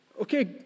Okay